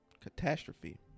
catastrophe